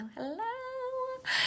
hello